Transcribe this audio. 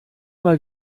mal